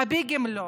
כן, מרכזי ביג, לא.